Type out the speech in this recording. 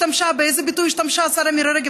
באיזה ביטוי השתמשה השרה מירי רגב?